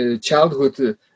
childhood